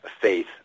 faith